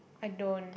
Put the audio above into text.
I don't